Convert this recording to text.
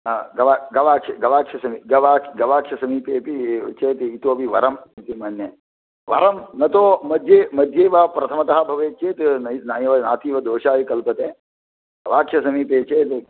हा गवा गवाक्ष गवाक्षसमी गवाक्ष गवाक्षसमीपेपि चेत् इतोपि वरम् इति मन्ये वरं न तु मध्ये मध्ये वा प्रथमतः भवति चेत् नैव नातीव दोषाय कल्पते गवाक्षसमीपे चेत्